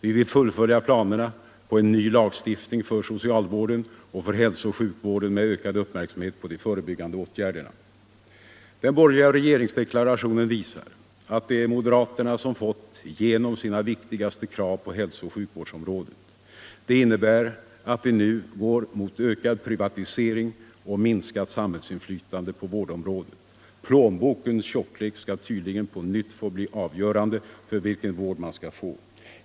Vi vill fullfölja planerna på en ny lagstiftning för socialvården och för hälsooch sjukvården med ökad uppmärksamhet på de förebyggande åtgärderna. Den borgerliga regeringsdeklarationen visar att det är moderaterna som fått igenom sina viktigaste krav på hälsooch sjukvårdsområdet. Det Allmänpolitisk debatt Allmänpolitisk debatt innebär att vi nu går mot ökad privatisering och minskat samhällsinflytande på vårdområdet. Plånbokens tjocklek skall tydligen på nytt få bli avgörande för vilken vård man skall få.